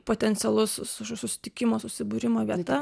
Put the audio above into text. potencialus su susitikimo susibūrimo vieta